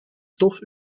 stof